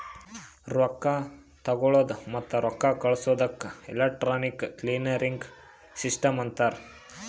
ರೊಕ್ಕಾ ತಗೊಳದ್ ಮತ್ತ ರೊಕ್ಕಾ ಕಳ್ಸದುಕ್ ಎಲೆಕ್ಟ್ರಾನಿಕ್ ಕ್ಲಿಯರಿಂಗ್ ಸಿಸ್ಟಮ್ ಅಂತಾರ್